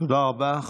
תודה רבה.